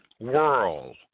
World